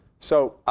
so